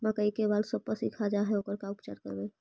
मकइ के बाल सब पशी खा जा है ओकर का उपाय करबै?